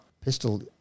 Pistol